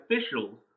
officials